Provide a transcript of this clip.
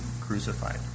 crucified